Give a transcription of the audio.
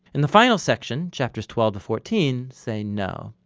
and the final section, chapters twelve to fourteen say no.